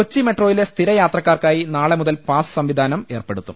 കൊച്ചി മെട്രോയിലെ സ്ഥിരയാത്രക്കാർക്കായി നാളെ മുതൽ പാസ് സംവിധാനം ഏർപ്പെടുത്തും